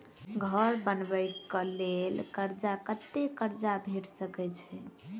घर बनबे कऽ लेल कर्जा कत्ते कर्जा भेट सकय छई?